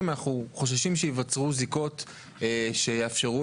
אומרים שהם חוששים שייווצרו זיקות שיאפשרו